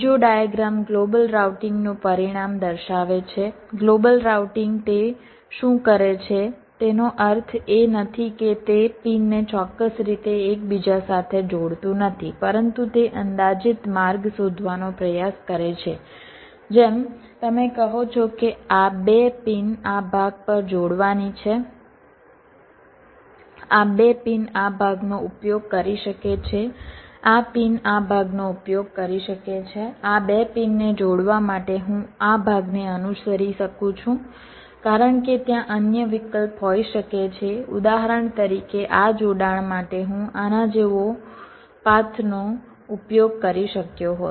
બીજો diagram global રાઉટિંગનું પરિણામ દર્શાવે છે ગ્લોબલ રાઉટિંગ તે શું કરે છે તેનો અર્થ એ નથી કે તે પિનને ચોક્કસ રીતે એકબીજા સાથે જોડતું નથી પરંતુ તે અંદાજિત માર્ગ શોધવાનો પ્રયાસ કરે છે જેમ તમે કહો છો કે આ 2 પિન આ ભાગ પર જોડવાની છે આ 2 પિન આ ભાગનો ઉપયોગ કરી શકે છે આ પિન આ ભાગનો ઉપયોગ કરી શકે છે આ 2 પિનને જોડવા માટે હું આ ભાગને અનુસરી શકું છું કારણ કે ત્યાં અન્ય વિકલ્પ હોઈ શકે છે ઉદાહરણ તરીકે આ જોડાણ માટે હું આના જેવા પાથનો ઉપયોગ કરી શક્યો હોત